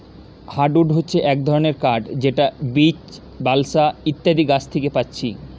hardwood হচ্ছে এক ধরণের কাঠ যেটা বীচ, বালসা ইত্যাদি গাছ থিকে পাচ্ছি